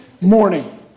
morning